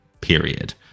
period